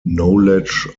knowledge